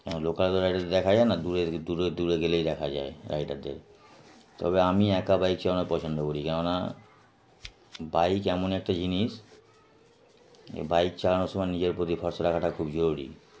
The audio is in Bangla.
লোকাল তো রাইডারদের দেখা যায় না দূরেের দূরে দূরে গেলেই দেখা যায় রাইডারদের তবে আমি একা বাইক চালানো পছন্দ করি কেননা বাইক এমন একটা জিনিস এই বাইক চালানোর সময় নিজের প্রতি ভরসা রাখাটা খুব জরুরি